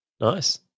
Nice